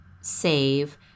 save